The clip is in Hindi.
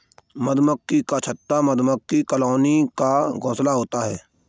मधुमक्खी का छत्ता मधुमक्खी कॉलोनी का घोंसला होता है